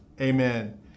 amen